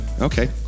Okay